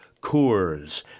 Coors